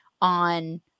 on